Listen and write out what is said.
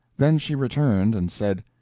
then she returned, and said,